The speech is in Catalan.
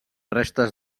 restes